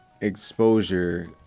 exposure